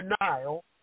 denial